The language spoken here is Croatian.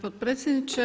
potpredsjedniče.